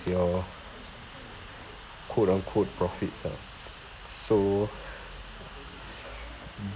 your quote unquote profits ah so